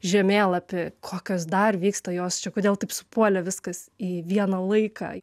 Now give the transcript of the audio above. žemėlapį kokios dar vyksta jos čia kodėl taip supuolė viskas į vieną laiką